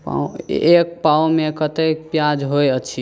पाऊ एक पाऊमे कतेक प्याज होइ अछि